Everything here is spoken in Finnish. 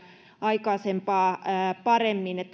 aikaisempaa paremmin